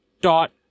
dot